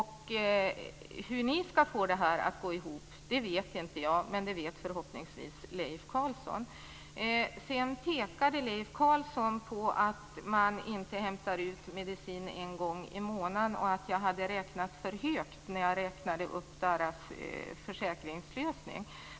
Hur ni skall få det här att gå ihop vet inte jag, men det vet förhoppningsvis Leif Leif Carlson pekade på att man inte skall hämta ut medicin en gång i månaden och att jag hade räknat för högt på er försäkringslösning.